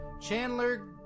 Chandler